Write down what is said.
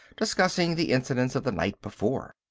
discussing the incidents of the night before.